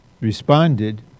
responded